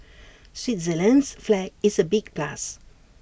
Switzerland's flag is A big plus